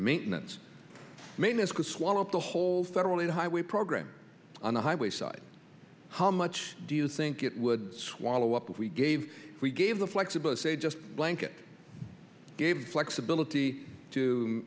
maintenance maintenance could swallow up the whole federal highway program on the highway side how much do you think it would swallow up if we gave we gave the flexible as a just blanket gave flexibility